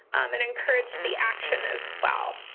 and encouraged the action as well.